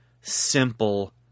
simple